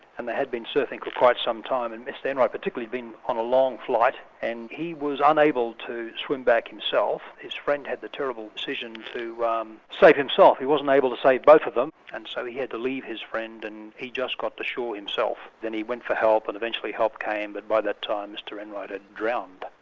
and they had been surfing for quite some time, and mr enright particularly being on a long flight, and he was unable to swim back himself his friend had the terrible decision to um save himself he wasn't able to save both of them, and so he he had to leave his friend and he just got to shore himself, then he went for help, and eventually help came, but by that time mr enright had drowned.